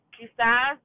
Quizás